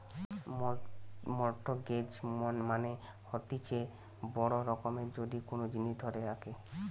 mortgage মানে হতিছে বড় রকমের যদি কোন জিনিস ধরে রাখে